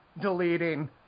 deleting